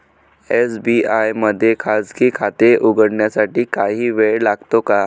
SBI मध्ये खाजगी खाते उघडण्यासाठी काही वेळ लागतो का?